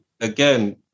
again